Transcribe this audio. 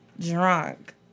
drunk